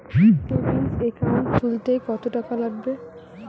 Savings account খুলতে কতটাকা লাগবে?